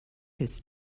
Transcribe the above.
his